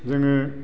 जोङो